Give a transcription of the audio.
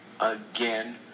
again